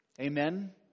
Amen